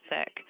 sick